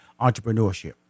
entrepreneurship